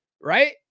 right